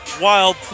Wild